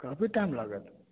काफी टाइम लागत